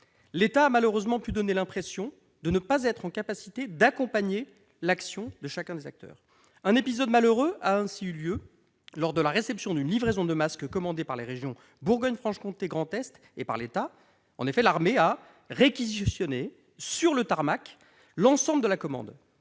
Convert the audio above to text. L'État a malheureusement pu donner l'impression de ne pas être capable d'accompagner l'action de chacun de ces acteurs. Un épisode malheureux a ainsi eu lieu lors de la réception d'une livraison de masques commandée par les régions Bourgogne-Franche-Comté et Grand Est, ainsi que par l'État. En effet, l'armée a réquisitionné, sur le tarmac, l'ensemble de la commande.